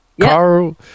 Carl